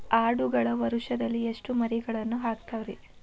ಆಡುಗಳು ವರುಷದಲ್ಲಿ ಎಷ್ಟು ಮರಿಗಳನ್ನು ಹಾಕ್ತಾವ ರೇ?